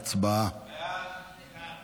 לוועדה שתקבע ועדת הכנסת